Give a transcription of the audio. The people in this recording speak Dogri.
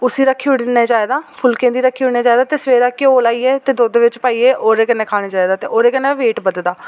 उसी रक्खी ओड़ना चाहिदा फुल्कें दी रक्खी ओड़ना चाहिदा ते सबैह्रे घ्योऽ लाइयै ते दुद्ध बिच पाइयै ओह्दे कन्नै खाना चाहिदा ते ओह्दे कन्नै वेट बधदा